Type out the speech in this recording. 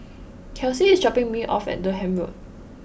Kelsie is dropping me off at Durham Road